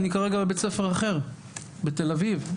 אני כרגע בבית ספר אחר בתל אביב,